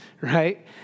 right